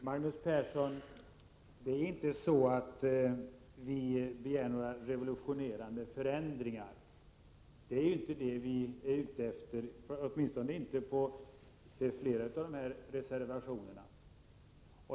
Herr talman! Det är inte så, Magnus Persson, att vi begär några revolutionerande förändringar. Det är inte det vi är ute efter — åtminstone inte i flera av reservationerna. Bl.